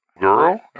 girl